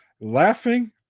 laughing